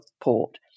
port